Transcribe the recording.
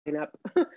up